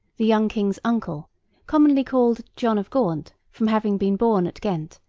the young king's uncle commonly called john of gaunt, from having been born at ghent,